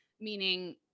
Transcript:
meaning